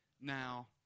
now